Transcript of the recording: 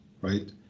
right